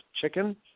chicken